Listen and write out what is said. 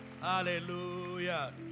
Hallelujah